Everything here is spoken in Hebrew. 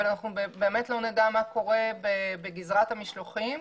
אבל אנחנו לא נדע מה קורה בגזרת המשלוחים,